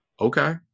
okay